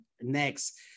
next